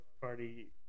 party